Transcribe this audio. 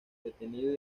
detenido